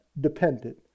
dependent